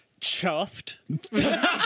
chuffed